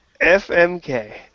FMK